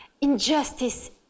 injustice